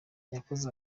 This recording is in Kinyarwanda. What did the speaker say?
yakoze